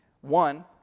One